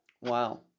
Wow